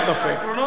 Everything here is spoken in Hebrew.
אין ספק.